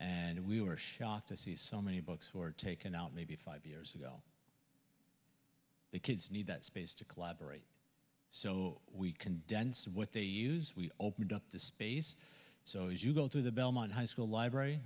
and we were shocked to see so many books were taken out maybe five years that kids need that space to collaborate so we condense what they use we opened up the space so as you go through the belmont high school library